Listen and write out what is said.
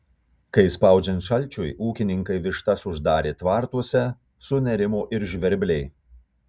kai spaudžiant šalčiui ūkininkai vištas uždarė tvartuose sunerimo ir žvirbliai